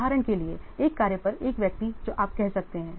उदाहरण के लिए एक कार्य पर 1 व्यक्ति जो आप कह सकते हैं